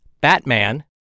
BATMAN